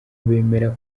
bemera